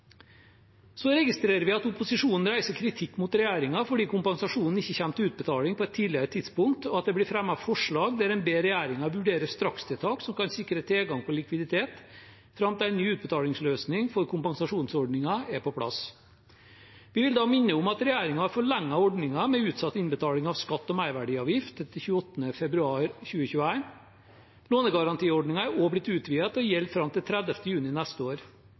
Så registrerer vi at opposisjonen reiser kritikk mot regjeringen fordi kompensasjonen ikke kommer til utbetaling på et tidligere tidspunkt, og at det blir fremmet et forslag der en ber regjeringen vurdere strakstiltak som kan sikre tilgang på likviditet, samt en ny utbetalingsløsning til kompensasjonsordningen er på plass. Jeg vil da minne om at regjeringen forlenget ordningen med utsatt innbetaling av skatt og merverdiavgift til 28. februar 2021. Lånegarantiordningen er også blitt utvidet til å gjelde fram til 30. juni neste år.